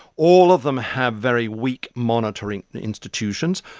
all of them have very weak monitoring institutions.